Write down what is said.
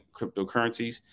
cryptocurrencies